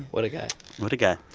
what a guy what a guy.